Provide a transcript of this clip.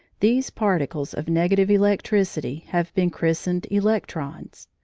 these particles of negative electricity have been christened electrons,